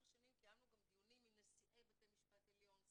השנים קיימנו גם דיונים עם נשיאי בית משפט עליון,